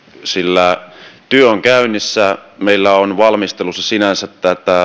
sillä työ on käynnissä meillä on käynnissä sinänsä